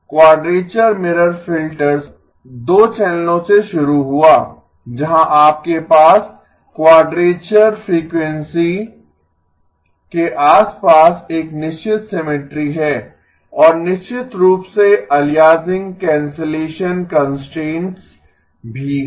quadrature mirror filters 2 चैनलों से शुरू हुआ जहां आपके पास क्वाडरेचर फ़्रीक्वेंसी के आसपास एक निश्चित सिमिट्री है और निश्चित रूप से अलियासिंग कैंसलेशन कंस्ट्रेंट्स भी हैं